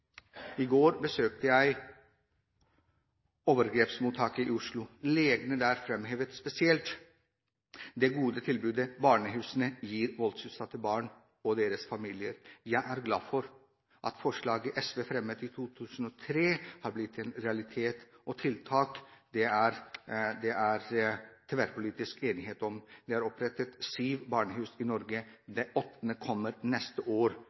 I går besøkte jeg overgrepsmottaket i Oslo. Legene der framhevet spesielt det gode tilbudet barnehusene gir voldsutsatte barn og deres familier. Jeg er glad for at forslaget som SV fremmet i 2003, har blitt en realitet, og tiltaket er det tverrpolitisk enighet om. Det er opprettet sju barnehus i Norge. Det åttende kommer til neste år.